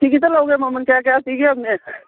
ꯐꯤ ꯈꯤꯇ ꯂꯧꯒꯦ ꯃꯃꯜ ꯀꯌꯥ ꯀꯌꯥ ꯄꯤꯒꯦꯃꯤ